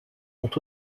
ont